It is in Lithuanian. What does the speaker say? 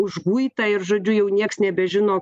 užguita ir žodžiu jau nieks nebežino